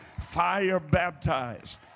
fire-baptized